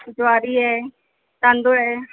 ज्वारी आहे तांदूळ आहे